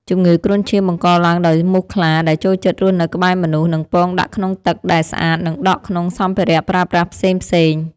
ជំងឺគ្រុនឈាមបង្កឡើងដោយមូសខ្លាដែលចូលចិត្តរស់នៅក្បែរមនុស្ស និងពងដាក់ក្នុងទឹកដែលស្អាតនិងដក់ក្នុងសម្ភារៈប្រើប្រាស់ផ្សេងៗ។